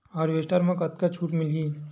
Harvester म कतका छूट मिलही?